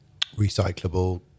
recyclable